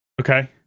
Okay